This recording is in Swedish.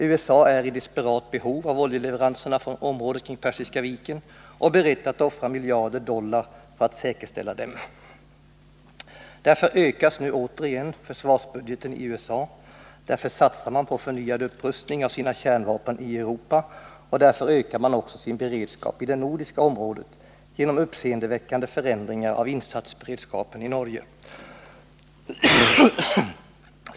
USA är i desperat behov av oljeleveranserna från området kring Persiska viken och är berett att offra miljarder dollar för att säkerställa dem. Därför ökar man nu återigen försvarsbudgeten i USA, därför satsar man på förnyad upprustning av sina kärnvapen i Europa och därför ökar man också sin beredskap i det nordiska området genom uppseendeväckande förändringar av insatsberedskapen i Norge.